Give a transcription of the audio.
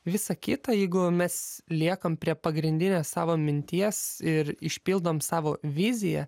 visa kita jeigu mes liekam prie pagrindinės savo minties ir išpildom savo viziją